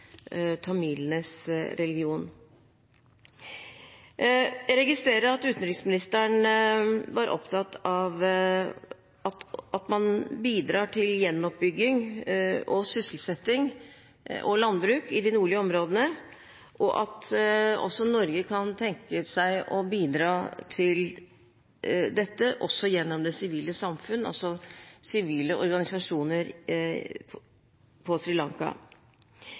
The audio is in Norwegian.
tamilenes religion. Jeg registrerer at utenriksministeren var opptatt av at man bidrar til gjenoppbygging, sysselsetting og landbruk i de nordlige områdene, og at også Norge kan tenke seg å bidra til dette gjennom det sivile samfunn, altså sivile organisasjoner på